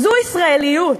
זו ישראליות.